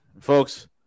Folks